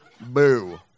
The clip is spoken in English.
Boo